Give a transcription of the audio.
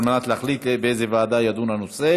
על מנת להחליט באיזו ועדה יידון הנושא.